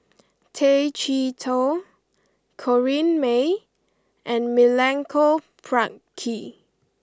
Tay Chee Toh Corrinne May and Milenko Prvacki